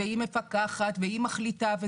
היא מפקחת והיא מחליטה.